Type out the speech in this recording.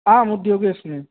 आम् उद्योगे अस्मि